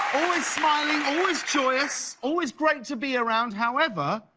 always smiling, always joyous, always great to be around, however,